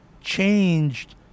changed